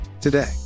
today